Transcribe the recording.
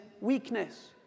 weakness